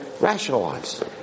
rationalize